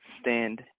stand